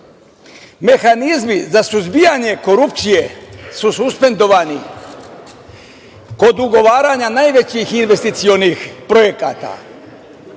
mehanizmi za suzbijanje korupcije su suspendovani kod ugovaranja najvećih investicionih projekata.